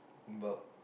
about